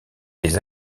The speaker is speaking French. les